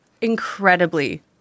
Incredibly